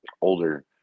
older